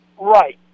Right